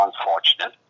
unfortunate